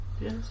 Yes